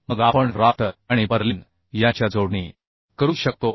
मग आपण राफ्टर आणि पर्लिन यांच्यात जोडणी करू शकतो